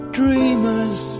dreamers